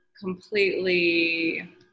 completely